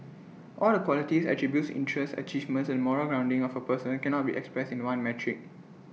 all the qualities attributes interests achievements and moral grounding of A person cannot be expressed in one metric